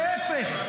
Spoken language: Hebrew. להפך,